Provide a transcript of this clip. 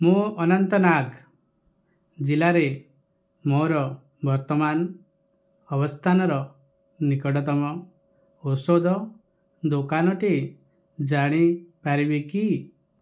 ମୁଁ ଅନନ୍ତନାଗ ଜିଲ୍ଲାରେ ମୋର ବର୍ତ୍ତମାନ ଅବସ୍ଥାନର ନିକଟତମ ଔଷଧ ଦୋକାନଟି ଜାଣିପାରିବି କି